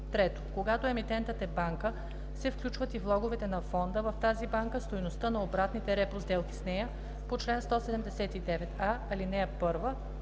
3. когато емитентът е банка, се включват и влоговете на фонда в тази банка, стойността на обратните репо сделки с нея по чл. 179а, ал. 1